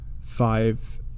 five